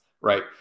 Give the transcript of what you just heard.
right